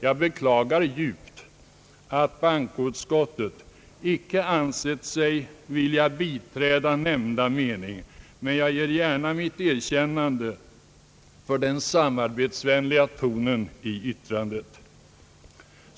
Jag beklagar djupt att bankoutskottet icke ansett sig vilja biträda nämnda mening, men jag ger gärna mitt erkännande för den samarbetsvänliga tonen i yttrandet.